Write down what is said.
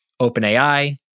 OpenAI